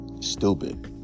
stupid